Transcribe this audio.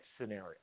scenario